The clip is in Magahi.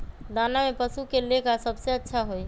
दाना में पशु के ले का सबसे अच्छा होई?